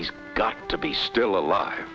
he's got to be still alive